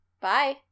Bye